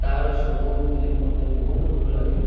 ତା'ର ସବୁ ଫିଲିମ୍ ମୋତେ ବହୁତ ଭଲ ଲାଗେ